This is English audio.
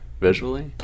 visually